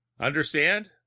understand